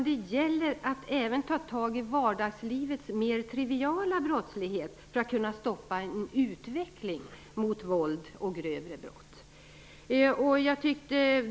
Det gäller att även ta tag i vardagslivets mer triviala brottslighet för att kunna stoppa en utveckling mot våld och grövre brott.